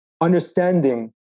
understanding